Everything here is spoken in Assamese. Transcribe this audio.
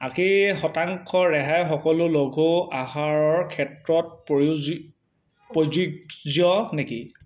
আশী শতাংশ ৰেহাই সকলো লঘু আহাৰৰ ক্ষেত্ৰত প্ৰউ প্ৰযোজ্য নেকি